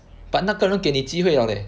but 那个人给你机会 liao leh